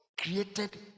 created